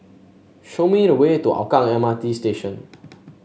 show me the way to Hougang M R T Station